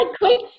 Quick